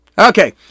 Okay